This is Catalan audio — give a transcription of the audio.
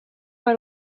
per